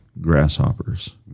grasshoppers